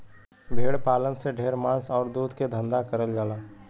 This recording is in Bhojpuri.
भेड़ पालन से ढेर मांस आउर दूध के धंधा करल जाला